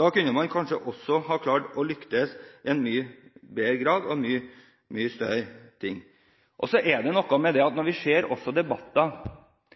Da kunne man kanskje også ha klart å lykkes i mye større grad og med mye større ting. Det er noe med å se debatter om hjørnesteinsbedrifter i små samfunn som forsvinner, hvor man ikke hadde andre muligheter enn å uføretrygde arbeiderne. Det